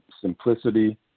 simplicity